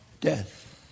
death